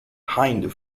hind